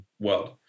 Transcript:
world